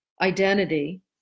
identity